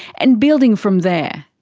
and building from there.